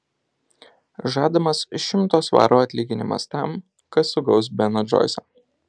žadamas šimto svarų atlyginimas tam kas sugaus beną džoisą